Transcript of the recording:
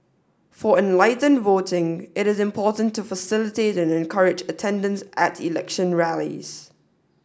for enlightened voting it is important to facilitate and encourage attendance at election rallies